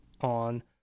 on